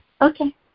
Okay